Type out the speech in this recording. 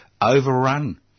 overrun